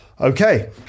Okay